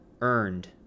earned